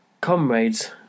comrades